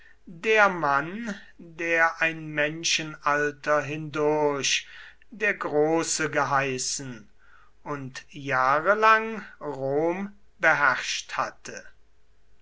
der mann der ein menschenalter hindurch der große geheißen und jahre lang rom beherrscht hatte